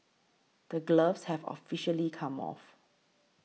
the gloves have officially come off